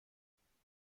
preferido